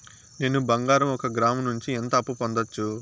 నేను బంగారం ఒక గ్రాము నుంచి ఎంత అప్పు పొందొచ్చు